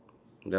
ya